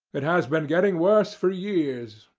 it has been getting worse for years.